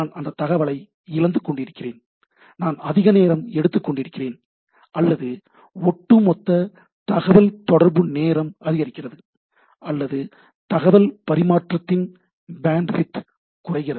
நான் அந்தத் தகவலை இழந்துகொண்டிருக்கிறேன் நான் அதிக நேரம் எடுத்துக்கொண்டிருக்கிறேன் இதனால் ஒட்டுமொத்தத் தகவல் தொடர்பு நேரம் அதிகரிக்கிறது அல்லது தகவல் பரிமாற்றத்தின் பேண்ட்வித் குறைகிறது